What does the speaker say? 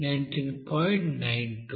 92